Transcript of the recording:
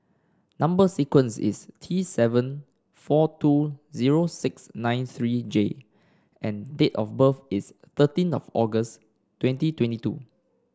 number sequence is T seven four two zero six nine three J and date of birth is thirteen of August twenty twenty two